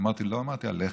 אמרתי: לא אמרתי עליך,